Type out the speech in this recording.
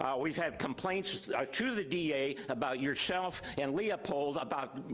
ah we've had complaints to the da about yourself, and leopold about